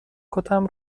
کتم